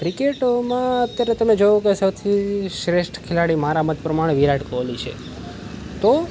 ક્રિકેટમાં અત્યારે તમે જુઓ કે સૌથી શ્રેષ્ઠ ખેલાડી મારા મત પ્રમાણે વિરાટ કોહલી છે તો